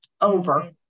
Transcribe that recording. over